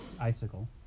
icicle